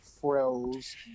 frills